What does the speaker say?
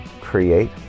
create